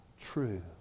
true